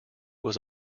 was